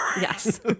yes